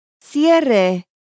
cierre